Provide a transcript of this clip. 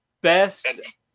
best